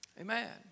amen